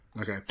okay